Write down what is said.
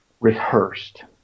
rehearsed